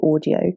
audio